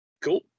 Cool